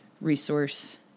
resource